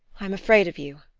i am afraid of you!